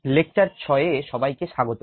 lecture 6 এ সবাইকে স্বাগত